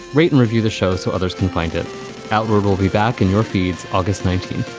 write and review the show so others can find it out. we'll we'll be back in your feeds august nineteen.